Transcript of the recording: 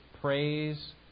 praise